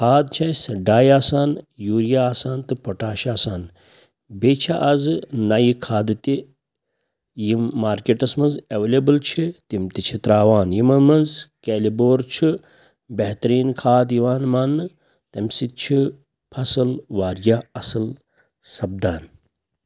کھاد چھِ اَسہِ ڈَے آسان یوٗریا آسان تہٕ پوٚٹاش آسان بیٚیہِ چھِ آزٕ نَیہِ کھادٕ تہِ یِم مارکٮ۪ٹَس منٛز اٮ۪وٮ۪لیبٕل چھِ تِم تہِ چھِ ترٛاوان یِمو منٛز کیلِبور چھُ بہتریٖن کھاد یِوان مانٛنہٕ تمۍ سۭتۍ چھِ فصٕل واریاہ اَصٕل سَپدان